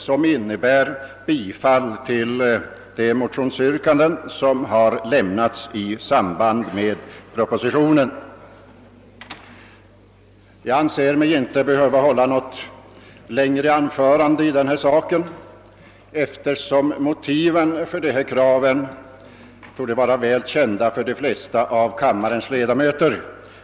Den innebär bifall till de motionsyrkanden om arbetstiden för gruvarbetare under jord som framförts i anledning av propositionen. Jag anser mig inte behöva hålla nå got längre anförande i denna sak, eftersom motiven för dessa krav torde vara väl kända för de flesta av kammarens ledamöter.